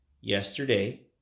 yesterday